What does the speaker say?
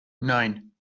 nein